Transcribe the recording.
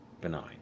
benign